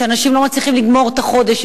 שאנשים לא מצליחים לגמור את החודש,